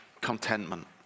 contentment